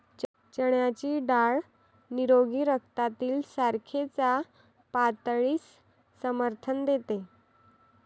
चण्याची डाळ निरोगी रक्तातील साखरेच्या पातळीस समर्थन देते